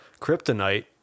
kryptonite